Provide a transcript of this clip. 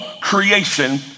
creation